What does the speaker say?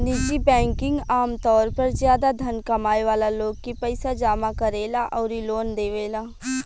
निजी बैंकिंग आमतौर पर ज्यादा धन कमाए वाला लोग के पईसा जामा करेला अउरी लोन देवेला